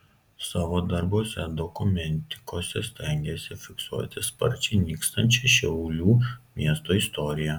savo darbuose dokumentikose stengiasi fiksuoti sparčiai nykstančią šiaulių miesto istoriją